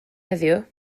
heddiw